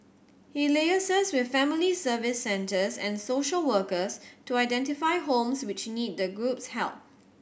he liaises with family Service Centres and social workers to identify homes which need the group's help